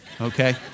Okay